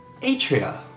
Atria